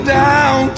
down